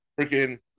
freaking